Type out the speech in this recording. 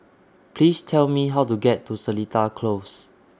Please Tell Me How to get to Seletar Close